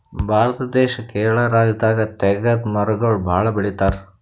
ಭಾರತ ದೇಶ್ ಕೇರಳ ರಾಜ್ಯದಾಗ್ ತೇಗದ್ ಮರಗೊಳ್ ಭಾಳ್ ಬೆಳಿತಾರ್